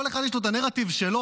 כל אחד יש לו את הנרטיב שלו,